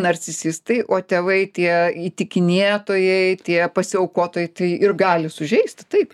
narcisistai o tėvai tie įtikinėtojai tie pasiaukotojai tai ir gali sužeisti taip